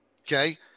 okay